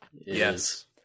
yes